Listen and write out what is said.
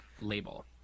label